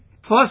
First